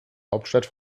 hauptstadt